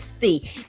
see